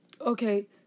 Okay